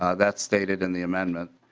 ah that stated in the amendment.